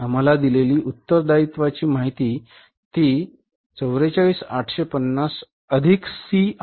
आम्हाला दिलेली उत्तरदायित्वाची माहिती ती 44850 अधिक सी आहे